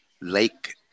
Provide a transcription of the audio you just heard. lake